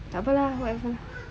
takpe lah whatever